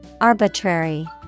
Arbitrary